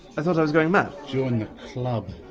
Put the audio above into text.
i thought i was going mad. join the club.